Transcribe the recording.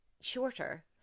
shorter